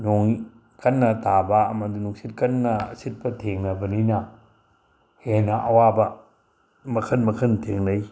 ꯅꯣꯡ ꯀꯟꯅ ꯇꯥꯕ ꯑꯃꯗꯤ ꯅꯨꯡꯁꯤꯠ ꯀꯟꯅ ꯁꯤꯠꯄ ꯊꯦꯡꯅꯕꯅꯤꯅ ꯍꯦꯟꯅ ꯑꯋꯥꯕ ꯃꯈꯜ ꯃꯈꯜ ꯊꯦꯡꯅꯩ